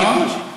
על אי-חיבור.